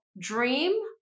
dream